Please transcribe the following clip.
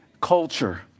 culture